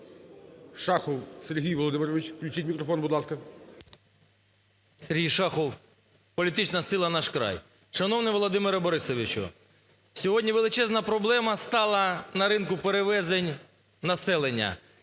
Шахов Сергій Володимирович. Включіть мікрофон, будь ласка. 10:25:02 ШАХОВ С.В. Сергій Шахов, політична сила "Наш край". Шановний Володимире Борисовичу, сьогодні величезна проблема стала на ринку перевезень населення.